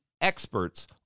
Experts